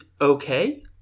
okay